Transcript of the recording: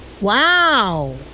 Wow